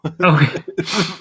okay